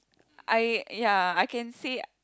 I ya I can say